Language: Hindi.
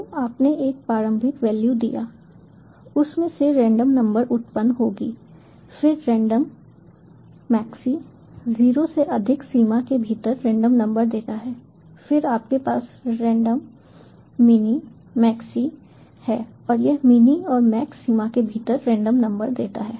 तो आपने एक प्रारंभिक वैल्यू दिया उसमें से रेंडम नंबर उत्पन्न होगी फिर रेंडममैक्सी 0 से अधिकतम सीमा के भीतर रेंडम नंबर देता है फिर आपके पास रेंडममिनी मैक्सी है और यह मिनी और मैक्स सीमा के भीतर रेंडम नंबर देता है